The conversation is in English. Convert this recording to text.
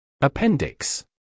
Appendix